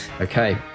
okay